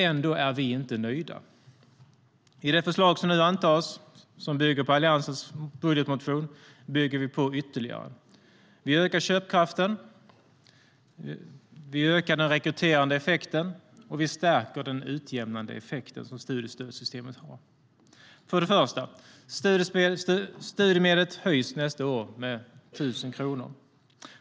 Ändå är vi inte nöjda. I det förslag som nu antas, som bygger på Alliansens budgetmotion, bygger vi på ytterligare. Vi ökar köpkraften. Vi ökar den rekryterande effekten, och vi stärker den utjämnande effekten för studiestödssystemet. För det första höjs studiemedlet nästa år med 1 000 kronor.